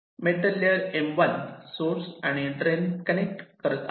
metal layer M1 source आणि drain connect करत आहे